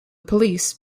police